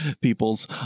peoples